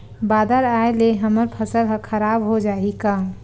बादर आय ले हमर फसल ह खराब हो जाहि का?